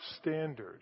standard